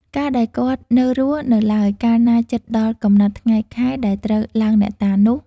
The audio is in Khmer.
កាលដែលគាត់នៅរស់នៅឡើយកាលណាជិតដល់ កំណត់ថ្ងៃ ខែ ដែលត្រូវឡើងអ្នកតានោះ។